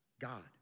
God